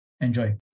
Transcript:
Enjoy